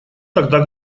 тогда